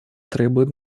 требует